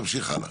נמשיך הלאה.